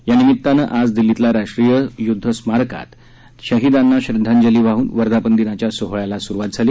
यानिमितानं आज दिल्लीतला राष्ट्रीय य्द्ध स्मारकात शहीदांना श्रद्धांजली वाहन वर्धापनदिनाच्या सोहळ्याला स्रुवात झाली